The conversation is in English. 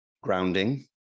grounding